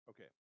Okay